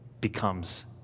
becomes